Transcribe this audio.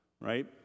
right